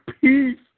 peace